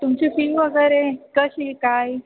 तुमची फी वगैरे कशी काय